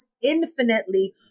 infinitely